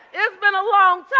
it's been a long time.